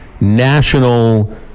national